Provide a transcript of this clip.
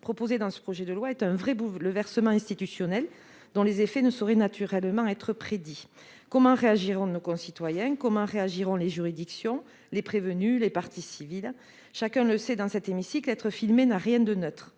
proposé dans ce projet de loi est un vrai bouleversement institutionnel, dont les effets ne sauraient naturellement être prédits. Comment réagiront nos concitoyens, les juridictions, les prévenus, les parties civiles ? Chacun le sait dans cet hémicycle : être filmé n'a rien de neutre,